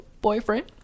boyfriend